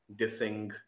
dissing